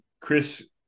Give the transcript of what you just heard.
Chris